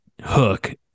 Hook